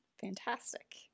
Fantastic